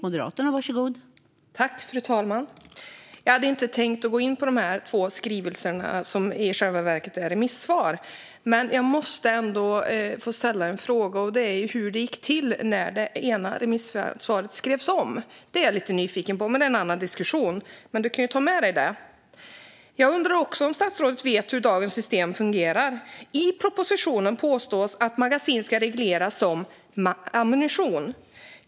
Fru talman! Jag hade inte tänkt gå in på de här två skrivelserna, som i själva verket är remissvar. Men jag måste ändå få ställa en fråga, och det är hur det gick till när det ena remissvaret skrevs om. Det är jag lite nyfiken på. Det är en annan diskussion, men statsrådet kan ju ta med sig frågan. Jag undrar också om statsrådet vet hur dagens system fungerar. I propositionen påstås att magasin ska regleras som ammunition.